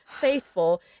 faithful